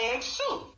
soup